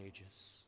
ages